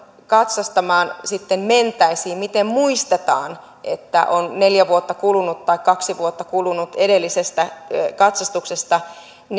katsastamaan sitten mentäisiin miten muistetaan että on neljä vuotta kulunut tai kaksi vuotta kulunut edellisestä katsastuksesta